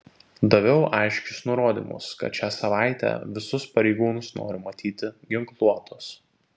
daviau aiškius nurodymus kad šią savaitę visus pareigūnus noriu matyti ginkluotus